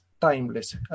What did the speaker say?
timeless